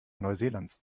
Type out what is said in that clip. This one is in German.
neuseelands